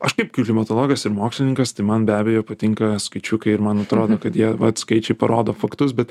aš kaip klimatologas ir mokslininkas tai man be abejo patinka skaičiukai ir man atrodo kad jie vat skaičiai parodo faktus bet